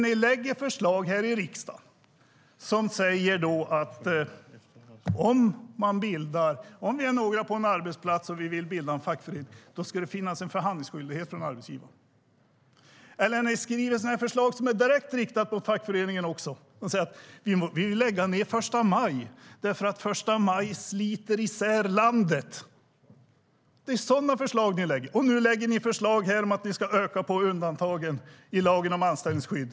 Ni lägger fram förslag i riksdagen om att några på en arbetsplats vill bilda en fackförening och att det ska finnas en förhandlingsskyldighet från arbetsgivaren. Ni lägger fram förslag som är direkt riktade mot fackföreningarna, som att första maj ska avskaffas eftersom första maj sliter isär landet. Det är sådana förslag ni lägger fram. Nu lägger ni fram förslag om att öka undantagen i lagen om anställningsskydd.